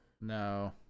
No